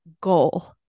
goal